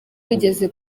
wigeze